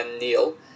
Neil